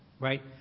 Right